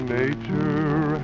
nature